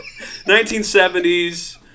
1970s